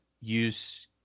use